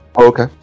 Okay